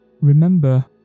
remember